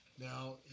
Now